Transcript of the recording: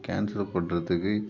cancel பண்ணுறதுக்கு